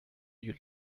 you